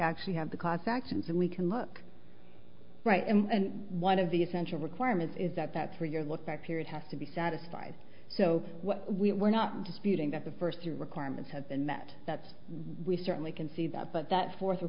actually have the cossacks and we can look right and one of the essential requirements is that that for your look back period has to be satisfied so what we were not disputing that the first year requirements have been met that we certainly can see that but that fourth